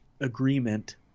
agreement